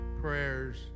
prayers